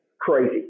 crazy